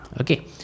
Okay